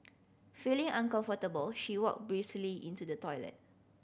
feeling uncomfortable she walked briskly into the toilet